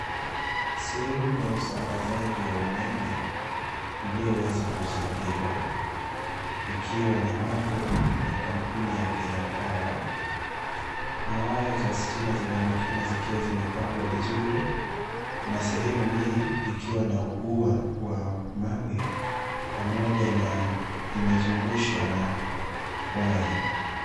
Sehemu ya usambazaji wa umeme iliyoweza kuzingirwa ikiwa na bango la kampuni ya Kenya Power . Mawaya za stima zikionekana zikiwa zimepangwa vizuri na sehemu hii ikiwa na ua wa mawe pamoja na imezungushwa na waya.